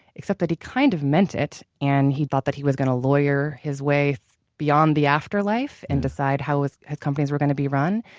except that, he kind of meant it and he thought that he was going to lawyer his way beyond the afterlife and decide how his companies were going to be run.